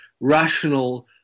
rational